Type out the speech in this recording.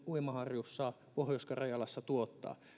uimaharjussa pohjois karjalassa tuottaa